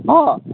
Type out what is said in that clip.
हँ